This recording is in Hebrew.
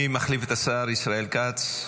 מי מחליף את השר ישראל כץ?